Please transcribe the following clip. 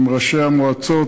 עם ראשי המועצות,